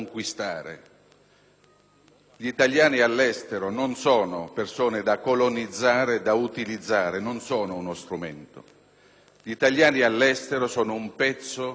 Gli italiani all'estero non sono persone da colonizzare e da utilizzare; non sono uno strumento. Gli italiani all'estero sono un pezzo dell'Italia